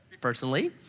personally